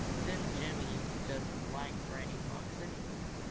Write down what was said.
then jimmy doesn't like granny fox anyway,